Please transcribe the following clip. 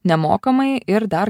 nemokamai ir dar